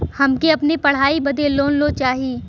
हमके अपने पढ़ाई बदे लोन लो चाही?